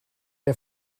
der